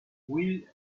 will